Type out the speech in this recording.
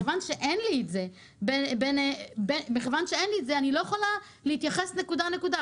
אבל מכיוון שאין לי את זה אני לא יכולה להתייחס נקודה-נקודה.